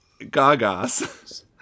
Gagas